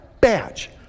badge